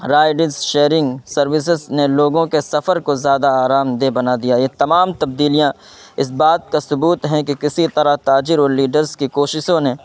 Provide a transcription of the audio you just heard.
rides sharing services نے لوگوں کے سفر کو زیادہ آرامدہ بنا دیا یہ تمام تبدیلیاں اس بات کا ثبوت ہیں کہ کسی طرح تاجر اور لیڈرس کی کوششوں نے